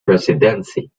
presidency